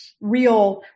real